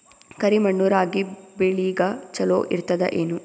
ಕರಿ ಮಣ್ಣು ರಾಗಿ ಬೇಳಿಗ ಚಲೋ ಇರ್ತದ ಏನು?